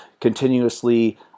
continuously